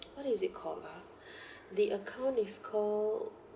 what is it called ah the account is coal